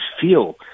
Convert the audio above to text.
feel